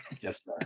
Yes